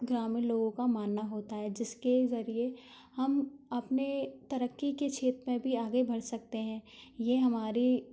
ग्रामीण लोगों का मानना होता है जिसके जरिए हम अपने तरक्की के क्षेत्र में भी आगे बढ़ सकते हैं ये हमारे